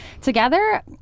together